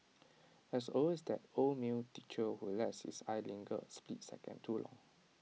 there's always that old male teacher who lets his eyes linger A split second too long